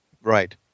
Right